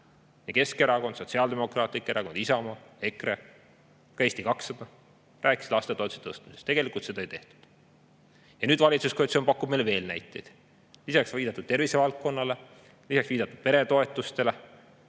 Keskerakond, Sotsiaaldemokraatlik Erakond, Isamaa, EKRE ja ka Eesti 200 rääkisid lastetoetuste tõstmisest. Tegelikult seda ei tehtud. Ja nüüd valitsuskoalitsioon pakub meile veel näiteid. Lisaks viidatud tervisevaldkonnale, lisaks viidatud peretoetustele